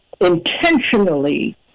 intentionally